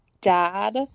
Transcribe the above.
dad